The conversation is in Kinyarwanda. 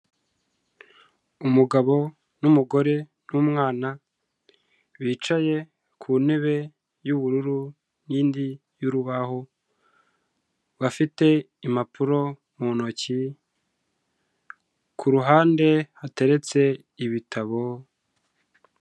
Umugabo n'umugore n'umwana bicaye ku ntebe y'ubururu n'indi y'urubaho bafite impapuro mu ntoki, ku ruhande hateretse ibitabo.